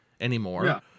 anymore